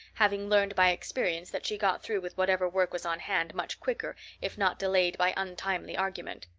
having learned by experience that she got through with whatever work was on hand much quicker if not delayed by untimely argument.